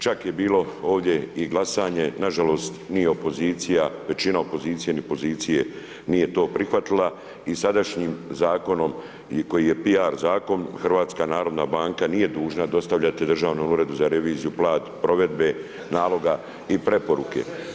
Čak je bilo ovdje i glasanje, nažalost, ni opozicija, većina opozicije ni pozicije nije to prihvatila i sadašnjim zakonom koji je PR zakon, HNB nije dužna dostavljati Državnom uredu za reviziju plan provedbe naloga i preporuke.